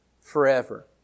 Forever